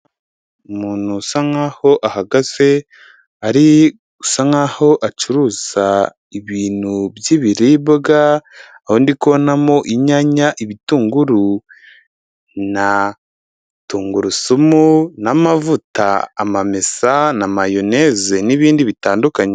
Umuntu usa nk'aho ahagaze ari gusa nk'aho acuruza ibintu by'ibiribwa, aho ndi kubonamo inyanya, ibitunguru na tungurusumu n'amavuta, amamesa na mayoneze n'ibindi bitandukanye.